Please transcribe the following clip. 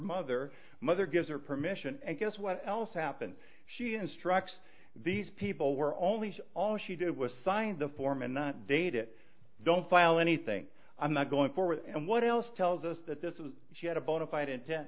mother mother gives her permission and guess what else happened she instructs these people were only all she did was sign the form and not date it don't file anything i'm not going forward and what else tells us that this is she had a bona fide inten